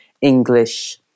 english